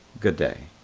good day.